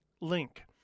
link